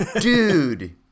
dude